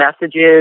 messages